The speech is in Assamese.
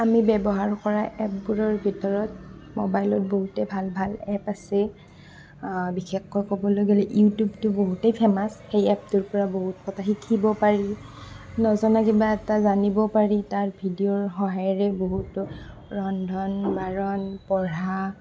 আমি ব্যৱহাৰ কৰা এপবোৰৰ ভিতৰত মোবাইলত বহুতে ভাল ভাল এপ আছে বিশেষকৈ ক'বলৈ গ'লে ইউটিউবটো বহুতেই ফেমাছ সেই এপটোৰ পৰা বহুত কথা শিকিব পাৰি নজনা কিবা এটা জানিব পাৰি তাৰ ভিডিঅ'ৰ সহায়েৰে বহুতো ৰন্ধন বাঢ়ন পঢ়া